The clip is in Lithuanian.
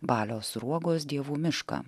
balio sruogos dievų mišką